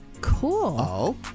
Cool